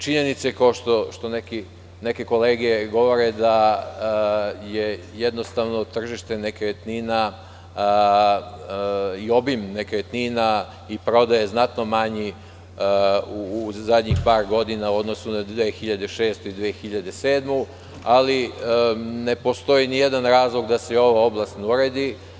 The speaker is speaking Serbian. Činjenica je, kao što neke kolege govore, da su tržište nekretnina i obim nekretnina i prodaja znatno manji zadnjih par godina, u odnosu na 2006. i 2007. godinu, ali ne postoji ni jedan razlog da se i ova oblast ne uredi.